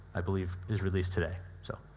i believe, is released today. so